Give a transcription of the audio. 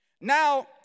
Now